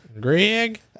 Greg